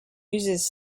uses